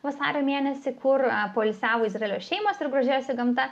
vasario mėnesį kur poilsiavo izraelio šeimos ir grožėjosi gamta